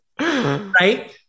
right